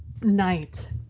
night